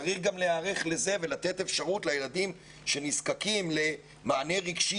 צריך גם להיערך לזה ולתת אפשרות לילדים שנזקקים למענה רגשי